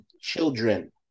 children